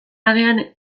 agian